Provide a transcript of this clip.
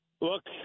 look